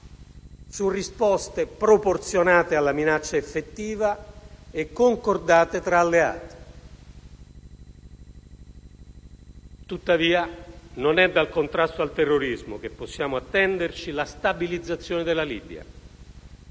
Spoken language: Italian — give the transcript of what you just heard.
su risposte proporzionate alla minaccia effettiva e concordate tra alleati. Tuttavia, non è dal contrasto al terrorismo che possiamo attenderci la stabilizzazione della Libia.